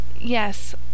Yes